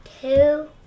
two